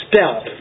stealth